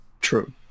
True